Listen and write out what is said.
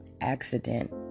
accident